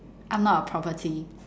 I'm not a property